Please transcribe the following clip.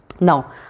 now